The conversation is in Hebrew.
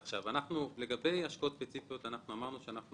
לגבי השקעות ספציפיות אמרנו שאנחנו